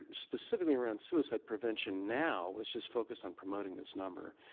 specifically around suicide prevention now was just focused on promoting this number.